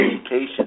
education